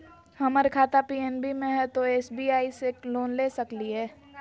हमर खाता पी.एन.बी मे हय, तो एस.बी.आई से लोन ले सकलिए?